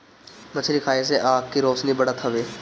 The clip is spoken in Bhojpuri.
मछरी खाए से आँख के रौशनी बढ़त हवे